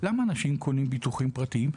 למה אנשים קונים ביטוחים פרטיים?